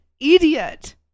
idiot